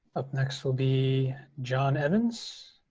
up next will be john evans.